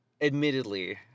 admittedly